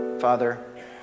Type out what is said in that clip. Father